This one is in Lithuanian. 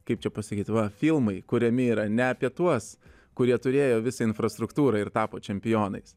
kaip čia pasakyti va filmai kuriami yra ne apie tuos kurie turėjo visą infrastruktūrą ir tapo čempionais